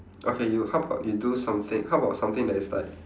okay you how about you do something how about something that is like